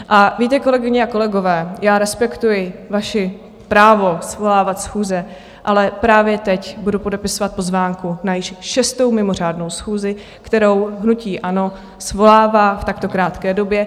A víte, kolegyně a kolegové, já respektuji vaše právo svolávat schůze, ale právě teď budu podepisovat pozvánku na již šestou mimořádnou schůzi, kterou hnutí ANO svolává v takto krátké době.